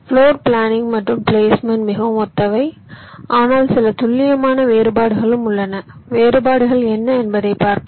floor planning மற்றும் placement மிகவும் ஒத்தவை ஆனால் சில துல்லியமான வேறுபாடுகளும் உள்ளன வேறுபாடுகள் என்ன என்பதைப் பார்ப்போம்